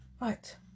Right